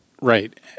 Right